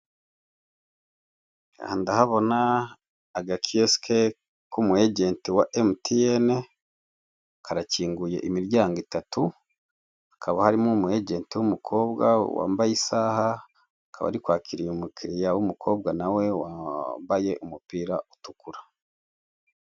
Aha ndahabona agakiyosike k'umu ejenti wa emutiyene, karakinguye imiryango itatu. Hakaba harimo umu ejenti w'umukobwa wambaye isaha, akaba ari kwakira umukiriya w'umukobwa nawe wambaye umupira utukura.